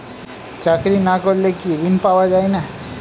চাকরি না করলে কি ঋণ পাওয়া যায় না?